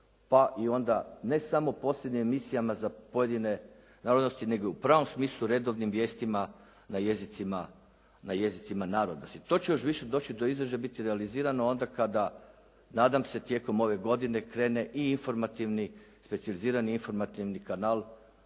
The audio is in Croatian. pa i onda ne samo posebnim emisijama za pojedine narodnosti nego u pravom smislu redovnim vijestima na jezicima narodnosti. To će još više doći do izražaja i biti realizirano onda kada nadam se tijekom ove godine krene i informativni, specijalizirani informativni kanal